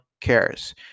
Cares